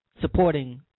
Supporting